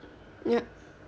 yup